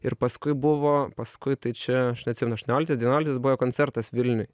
ir paskui buvo paskui tai čia aš neatsimenu aštuonioliktais devynioliktais buvo jo koncertas vilniuj